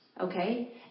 Okay